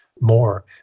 More